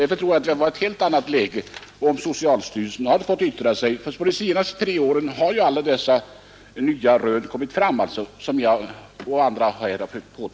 Därför tror jag att läget hade varit ett helt annat, om socialstyrelsen hade fått yttra sig. På de senaste tre åren har ju alla dessa nya rön kommit fram som jag och andra här har omnämnt.